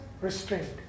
restrained